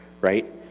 right